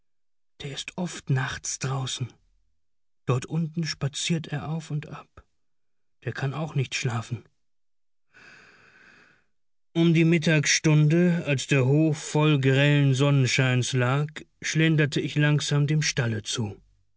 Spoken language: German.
der ist oft nachts draußen dort unten spaziert er auf und ab der kann auch nicht schlafen um die mittagsstunde als der hof voll grellen sonnenscheins lag schlenderte ich langsam dem stalle zu